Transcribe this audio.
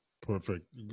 Perfect